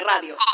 Radio